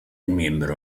miembro